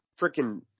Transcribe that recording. freaking